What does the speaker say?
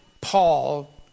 Paul